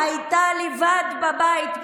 שהייתה לבד בבית.